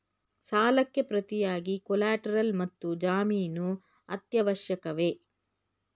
ಸಾಲಕ್ಕೆ ಪ್ರತಿಯಾಗಿ ಕೊಲ್ಯಾಟರಲ್ ಮತ್ತು ಜಾಮೀನು ಅತ್ಯವಶ್ಯಕವೇ?